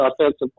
offensive